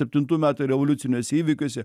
septintų metų revoliuciniuose įvykiuose